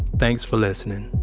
thanks for listening